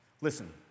Listen